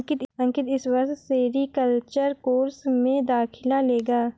अंकित इस वर्ष sericulture course में दाखिला लेगा